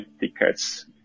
tickets